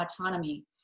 autonomy